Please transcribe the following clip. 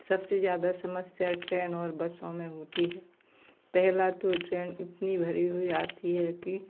सब से ज़्यादा समस्या ट्रेन और बसों में होती है पहला तो ट्रेन इतनी भरी हुई आती है कि